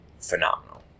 Phenomenal